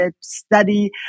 study